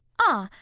ah!